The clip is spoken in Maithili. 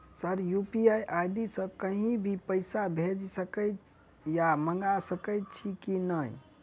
सर यु.पी.आई आई.डी सँ कहि भी पैसा भेजि सकै या मंगा सकै छी की न ई?